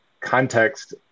context